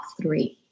three